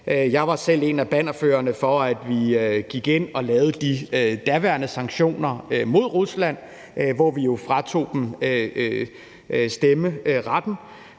Jeg var selv en af bannerførerne for, at vi gik ind og lavede de daværende sanktioner mod Rusland, hvor vi fratog dem stemmeretten.